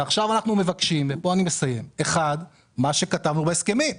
אנחנו מבקשים את מה שכתבנו בהסכמים.